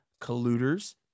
colluders